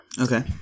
Okay